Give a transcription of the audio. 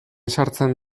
sartzen